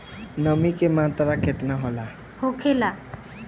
नमी के मात्रा केतना होखे?